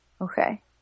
Okay